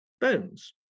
bones